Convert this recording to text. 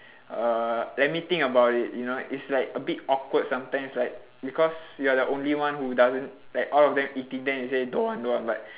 uh let me think about it you know it's like a bit awkward sometimes like because you are the only one who doesn't like all of them eating then you say don't want don't want but